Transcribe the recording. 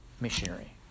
Missionary